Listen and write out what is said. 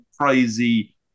crazy